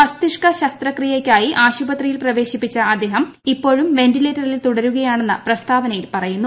മസ്തിഷ്ത ശസ്ത്രക്രിയയ്ക്കായി ആശുപത്രിയിൽ പ്രവേശിപ്പിച്ച അദ്ദേഹം ഇപ്പോഴും വെന്റിലേറ്റ റിൽ തുടരുകയാണെന്ന് പ്രസ്താവനയിൽ പറയുന്നു